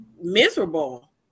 miserable